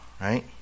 right